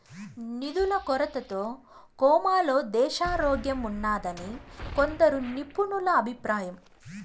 నిధుల కొరతతో కోమాలో దేశారోగ్యంఉన్నాదని కొందరు నిపుణుల అభిప్రాయం